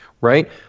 right